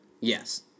Yes